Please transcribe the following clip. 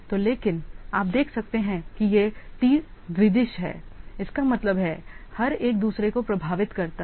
तो लेकिन आप देख सकते हैं कि ये तीर द्विदिश हैं इसका मतलब है हर एक दूसरे को प्रभावित करता है